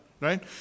right